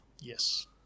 Yes